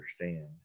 understand